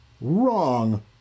wrong